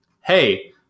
Hey